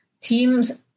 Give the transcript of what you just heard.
Teams